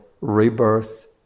rebirth